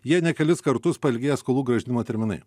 jei ne kelis kartus pailgėję skolų grąžinimo terminai